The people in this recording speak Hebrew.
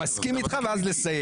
לא צריך "מסכים איתך" ואז לסייג.